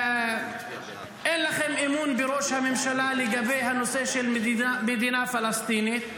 אין לכם אמון בראש הממשלה לגבי הנושא של מדינה פלסטינית,